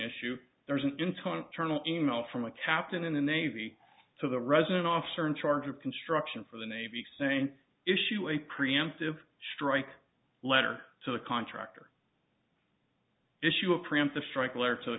shoot there's an internal e mail from a captain in the navy so the resident officer in charge of construction for the navy saying issue a preemptive strike letter to the contractor issue a preemptive strike alert